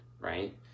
right